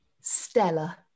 Stella